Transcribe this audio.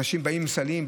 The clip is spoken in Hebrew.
אנשים באים עם סלים,